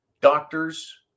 doctors